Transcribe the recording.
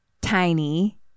tiny